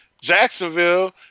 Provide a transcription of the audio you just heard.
Jacksonville